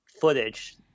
footage